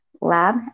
lab